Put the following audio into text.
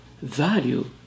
value